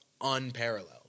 unparalleled